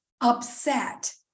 upset